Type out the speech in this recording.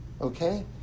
Okay